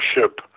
ship